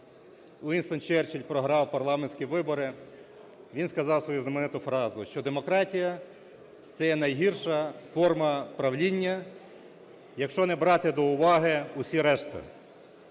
Вінстон Черчилль програв парламентські вибори, він сказав свою знамениту фразу, що демократія – це є найгірша форма правління, якщо не брати до уваги усі решта.